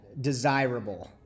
desirable